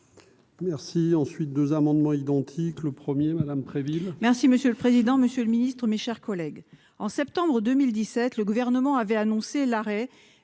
Merci ensuite 2 amendements identiques, le 1er madame Préville. Merci monsieur le président, Monsieur le Ministre, mes chers collègues, en septembre 2017, le gouvernement avait annoncé l'arrêt